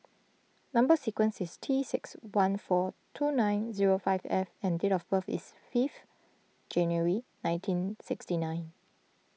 Number Sequence is T six one four two nine zero five F and date of birth is fifth January nineteen sixty nine